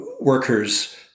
workers